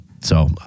So-